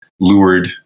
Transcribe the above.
lured